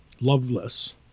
Loveless